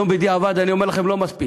היום בדיעבד אני אומר לכם "לא מספיק".